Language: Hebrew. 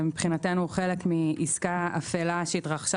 שמבחינתנו היא חלק מעסקה אפלה שהתרחשה